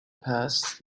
passed